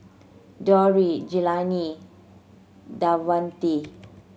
Dondre Jelani Davante